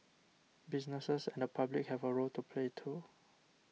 businesses and the public have a role to play too